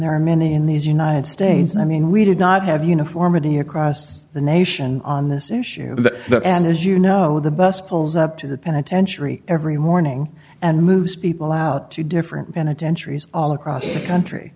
there are many in these united states i mean we did not have uniformity across the nation on this issue and as you know the bus pulls up to the penitentiary every morning and moves people out to different penitentiaries all across the country